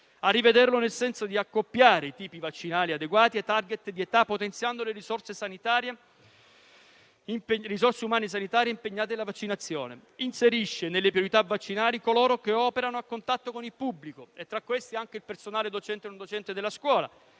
attuali, nel senso di accoppiare i tipi vaccinali adeguati ai *target* di età, potenziando le risorse umane sanitarie impegnate nella vaccinazione. Inserisce, altresì, tra le priorità vaccinali coloro che operano a contatto con il pubblico e, tra questi, anche il personale docente e non docente della scuola;